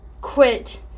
quit